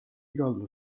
igal